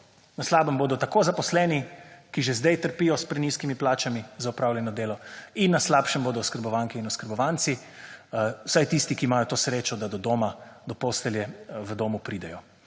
Na slabem bodo tako zaposleni, ki že zdaj trpijo s prenizkimi plačami za opravljeno delo in na slabšem bodo oskrbovanke in oskrbovanci, vsaj tisti ki imajo to srečo, da do doma, do postelje v domu pridejo.